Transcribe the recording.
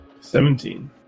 Seventeen